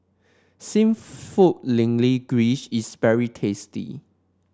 seafood is very tasty